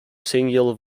singular